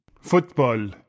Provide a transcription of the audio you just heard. Football